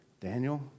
Daniel